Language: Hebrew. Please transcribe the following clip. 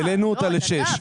העלינו אותה לשש.